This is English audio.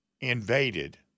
invaded